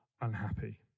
unhappy